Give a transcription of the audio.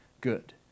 good